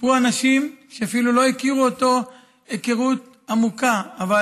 שסיפרו אנשים שאפילו לא הכירו אותו היכרות עמוקה אבל